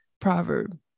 proverb